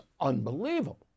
unbelievable